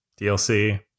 DLC